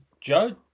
Joe